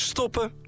Stoppen